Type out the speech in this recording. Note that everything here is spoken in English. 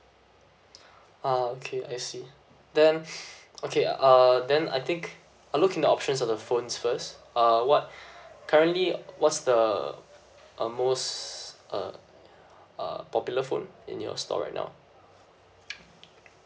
ah okay I see then okay uh uh then I think I'll look in the options of the phones first uh what currently what's the uh most uh uh popular phone in your store right now